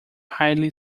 highly